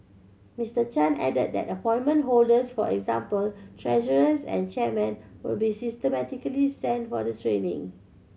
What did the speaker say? Mister Chan added that appointment holders for example treasurers and chairmen will be systematically sent for the training